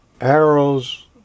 arrows